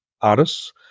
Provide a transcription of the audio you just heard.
artists